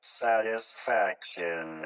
satisfaction